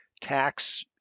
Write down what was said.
tax